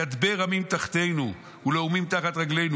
ידבר עמים תחתינו ולאומים תחת רגלינו.